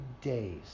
days